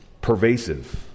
pervasive